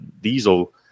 diesel